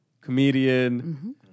comedian